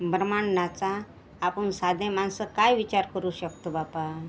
ब्रम्हांडाचा आपण साधे माणसं काय विचार करू शकतो बापा